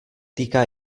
týká